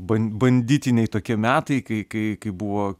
ban banditiniai tokie metai kai kai kai buvo